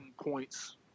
points